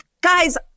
guys